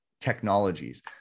technologies